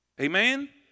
Amen